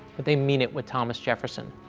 but they mean it with thomas jefferson.